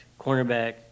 cornerback